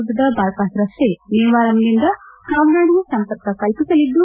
ಉದ್ದದ ಬೈಪಾಸ್ ರಸ್ತೆ ಮೇವಾರಂನಿಂದ ಕಾವ್ನಾಡ್ಗೆ ಸಂಪರ್ಕ ಕಲ್ಪಿಸಲಿದ್ದು